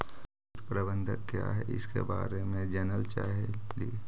कीट प्रबनदक क्या है ईसके बारे मे जनल चाहेली?